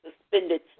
suspended